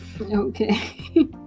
Okay